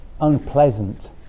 unpleasant